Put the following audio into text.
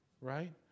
right